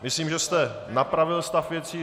Myslím, že jste napravil stav věci.